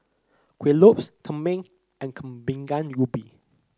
Kueh Lopes tumpeng and Kueh Bingka Ubi